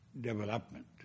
development